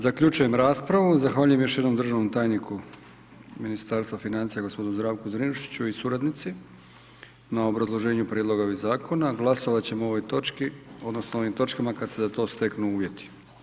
Zaključujem raspravu, zahvaljujem još jednom državnom tajniku Ministarstva financija, g. Zdravku Zrinušiću i suradnici na obrazloženju prijedloga ovih zakona, glasovat ćemo o ovoj točki odnosno o ovim točkama kad se za to steknu uvjeti.